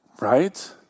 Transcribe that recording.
right